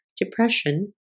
depression